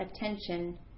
attention